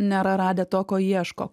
nėra radę to ko ieško